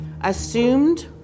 assumed